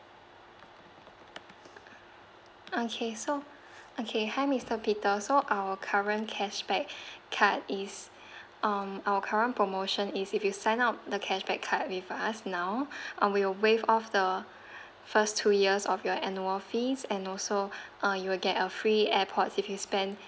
okay so okay hi mister peter so our current cashback card is um our current promotion is if you sign up the cashback card with us now uh we will waive off the first two years of your annual fees and also uh you will get a free airpods if you spend